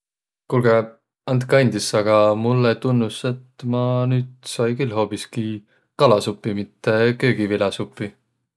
Kuulgõq, andkõq andis, aga mullõ tunnus, et ma nüüd sai külh hoobiski kalasupi, mitte köögiviläsupi.